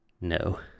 no